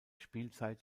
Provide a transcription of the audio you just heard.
spielzeit